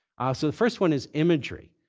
ah so the first one is imagery.